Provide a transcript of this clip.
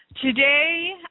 Today